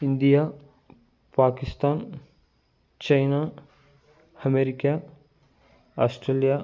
India Pakistan China America Australia